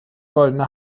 goldener